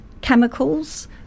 chemicals